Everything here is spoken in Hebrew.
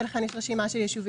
ולכן יש רשימה של יישובים.